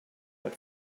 but